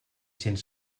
cents